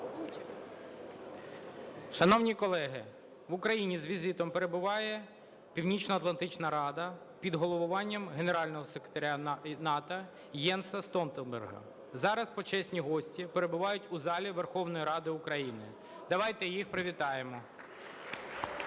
Шановні колеги! В Україні з візитом перебуває Північноатлантична рада під головуванням Генерального секретаря НАТО Єнса Столтенберга. Зараз почесні гості перебувають у залі Верховної Ради України, давайте їх привітаємо. (Оплески)